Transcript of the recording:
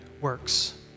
works